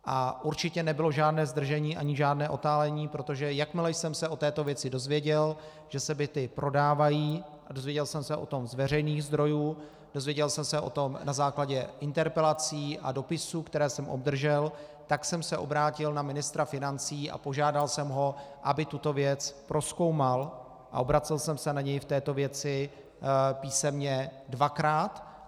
A určitě nebylo žádné zdržení ani žádné otálení, protože jakmile jsem se o této věci dozvěděl, že se byty prodávají, dozvěděl jsem se o tom z veřejných zdrojů, dozvěděl jsem se o tom na základě interpelací a dopisů, které jsem obdržel, tak jsem se obrátil na ministra financí a požádal jsem ho, aby tuto věc prozkoumal, a obracel jsem se na něj v této věci písemně dvakrát.